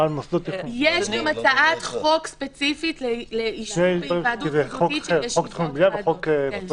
יש גם הצעת חוק ספציפית לאישור בהיוועדות חזותית של ישיבות ועדות,